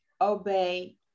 obey